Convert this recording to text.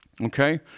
Okay